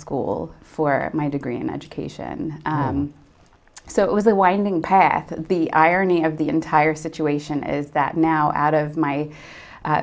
school for my degree in education so it was a winding path the irony of the entire situation is that now out of my